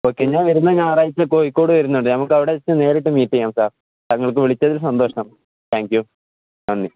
okay ഞാൻ വരുന്ന ഞായറഴച കോഴിക്കോട് വെരുന്നുണ്ട് നമുക്ക് അവിടെ വച്ചച്ച് നേരിട്ട് മീറ്റ്െയ്യാം സാർാ നിങ്ങൾക്ക് വിളിച്ചതിട്ട് സന്തോഷം താങ്ക്യൂ തന്ദി